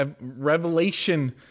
Revelation